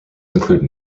include